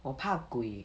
我怕鬼